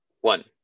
One